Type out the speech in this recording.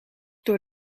door